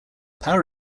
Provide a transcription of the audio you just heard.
power